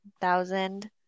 thousand